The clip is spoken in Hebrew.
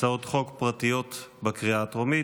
הצעות חוק פרטיות לקריאה הטרומית.